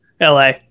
LA